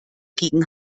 gegen